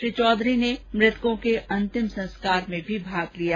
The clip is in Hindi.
श्री चौधरी ने मृतकों के अंतिम संस्कार में भी भाग लिया